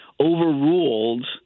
overruled